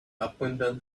appointment